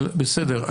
אבל בסדר,